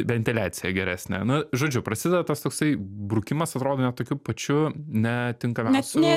ventiliacija geresnė nu žodžiu prasideda tas toksai brukimas atrodo net tokiu pačiu netinkamiausiu